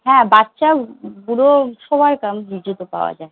হ্যাঁ বাচ্চা বুড়ো সবাইকার জুতো পাওয়া যায়